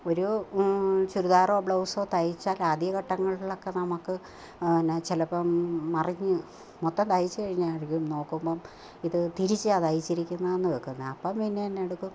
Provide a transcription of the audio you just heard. ഒരു ചുരിദാറോ ബ്ലൗസോ തയ്ച്ചാല് ആദ്യഘട്ടങ്ങളിലൊക്കെ നമുക്ക് എന്നാൽ ചിലപ്പം മറിഞ്ഞ് മൊത്തം തയ്ച്ചു കഴിഞ്ഞായിരിക്കും നോക്കുമ്പം ഇതു തിരിച്ചാൽ തയ്ച്ചിരിക്കുന്നതിനു നോക്കുന്നത് അപ്പോൾ പിന്നെ എന്നാ എടുക്കും